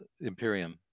Imperium